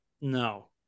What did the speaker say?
no